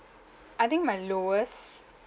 I think my lowest